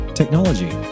technology